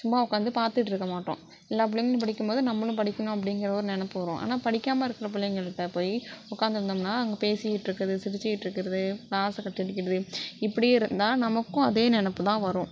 சும்மா உட்காந்து பார்த்துட்டு இருக்க மாட்டோம் எல்லா பிள்ளைங்களும் படிக்கும் போது நம்மளும் படிக்கணும் அப்படிங்குற ஒரு நெனைப்பு வரும் ஆனால் படிக்காமல் இருக்கிற பிள்ளைங்கள்ட்ட போய் உட்காந்து இருந்தோம்னா அங்கே பேசிக்கிட்ருக்கிறது சிரித்துக்கிட்ருக்குறது கிளாஸை கட் அடிக்கிறது இப்படியே இருந்தால் நமக்கும் அதே நெனைப்புதான் வரும்